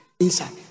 inside